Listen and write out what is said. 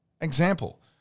Example